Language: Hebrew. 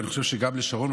ואני חושב שגם לשרון,